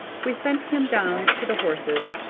we sent him down to the horses,